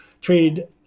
trade